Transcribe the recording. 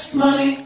money